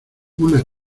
una